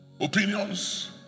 opinions